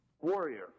warrior